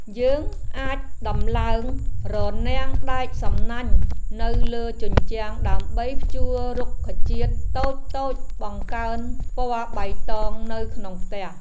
យើងអាចដំឡើងរនាំងដែកសំណាញ់នៅលើជញ្ជាំងដើម្បីព្យួររុក្ខជាតិតូចៗបង្កើនពណ៌បៃតងនៅក្នុងផ្ទះ។